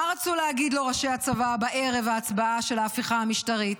מה רצו להגיד לו ראשי הצבא בערב ההצבעה של ההפיכה המשטרית,